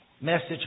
Message